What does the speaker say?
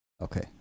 Okay